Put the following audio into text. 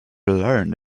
learned